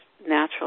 natural